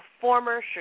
former